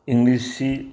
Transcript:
ꯏꯪꯂꯤꯁꯁꯤ